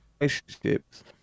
relationships